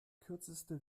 kürzeste